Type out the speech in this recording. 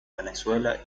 venezuela